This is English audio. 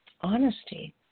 honesty